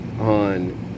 on